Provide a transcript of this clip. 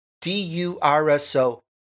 D-U-R-S-O